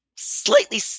slightly